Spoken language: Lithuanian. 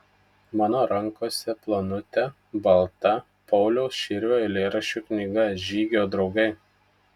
mano rankose plonutė balta pauliaus širvio eilėraščių knyga žygio draugai